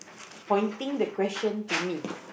pointing the question to me